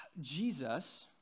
Jesus